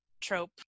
trope